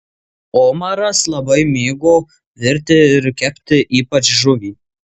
omaras labai mėgo virti ir kepti ypač žuvį